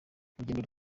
urugero